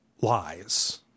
lies